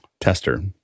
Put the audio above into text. tester